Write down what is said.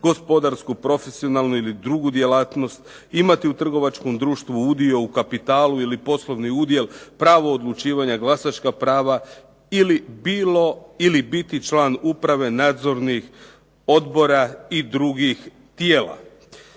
gospodarsku, profesionalnu ili drugu djelatnost, imati u trgovačkom društvu udio u kapitalu ili poslovni udjel, pravo odlučivanja, glasačka prava ili biti član uprave nadzornih odbora i drugih tijela